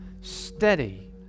steady